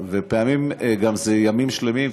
ולפעמים לימים שלמים,